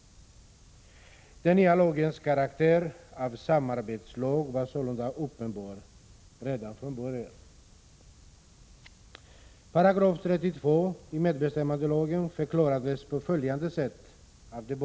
Den nya lagens karaktär av samarbetslag var sålunda uppenbar redan från början.